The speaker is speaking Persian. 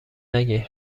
نگیر